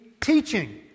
teaching